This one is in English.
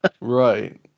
Right